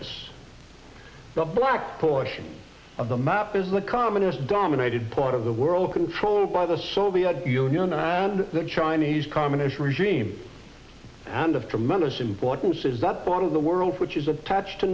us the black portion of the map is the communist dominated part of the world controlled by the soviet union and the chinese communist regime and of tremendous importance is that part of the world which is attached to